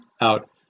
out